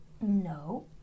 No